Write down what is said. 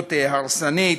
מדיניות הרסנית.